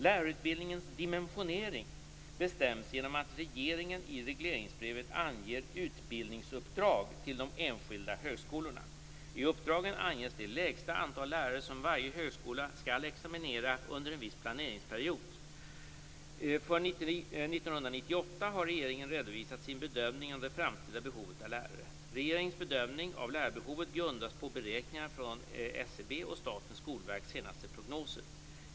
Lärarutbildningens dimensionering bestäms genom att regeringen i regleringsbrev anger utbildningsuppdrag till de enskilda högskolorna. I uppdragen anges det lägsta antal lärare som varje högskola skall examinera under en viss planeringsperiod. För 1998 har regeringen redovisat sin bedömning av det framtida behovet av lärare. Regeringens bedömning av lärarbehovet grundas på beräkningar från SCB och Statens skolverks senaste prognoser.